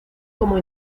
como